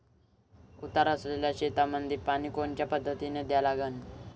उतार असलेल्या शेतामंदी पानी कोनच्या पद्धतीने द्या लागन?